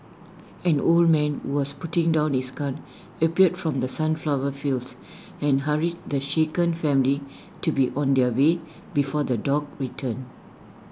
an old man who was putting down his gun appeared from the sunflower fields and hurried the shaken family to be on their way before the dogs return